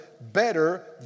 better